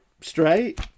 straight